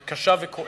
היא קשה וכואבת